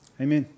Amen